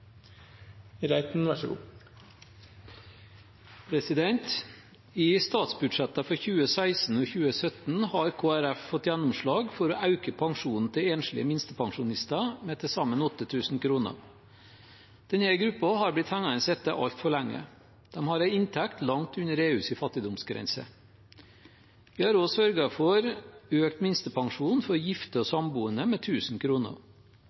I statsbudsjettene for 2016 og 2017 har Kristelig Folkeparti fått gjennomslag for å øke pensjonen til enslige minstepensjonister med til sammen 8 000 kr. Denne gruppen har blitt hengende etter altfor lenge. Den har en inntekt langt under EUs fattigdomsgrense. Vi har også sørget for å øke minstepensjonen til gifte og samboende med